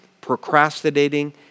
procrastinating